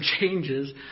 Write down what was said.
changes